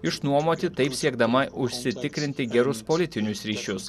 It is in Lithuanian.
išnuomoti taip siekdama užsitikrinti gerus politinius ryšius